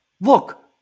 Look